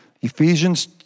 Ephesians